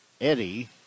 Eddie